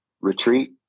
retreat